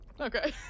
Okay